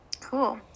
Cool